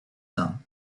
them